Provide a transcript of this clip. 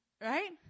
Right